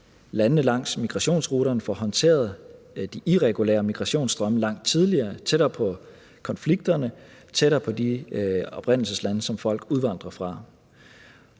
landene langs migrationsruterne får håndteret de irregulære migrationsstrømme langt tidligere, tættere på konflikterne, tættere på de oprindelseslande, som folk udvandrer fra.